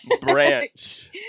branch